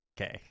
Okay